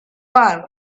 war